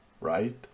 right